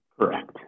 Correct